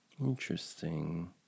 Interesting